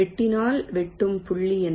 வெட்டினால் வெட்டும் புள்ளி என்ன